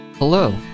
Hello